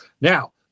Now